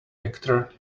actor